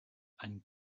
and